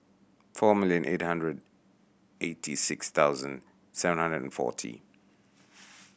four million eight hundred eighty six thousand seven hundred and forty